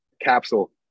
capsule